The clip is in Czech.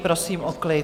Prosím o klid.